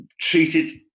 treated